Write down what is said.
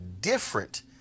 different